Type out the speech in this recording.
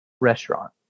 restaurant